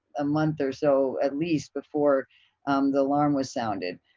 a month or so at least before the alarm was sounded,